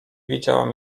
widziałem